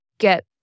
get